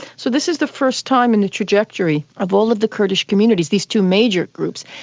so this is the first time in the trajectory of all of the kurdish communities, these two major groups,